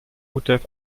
utf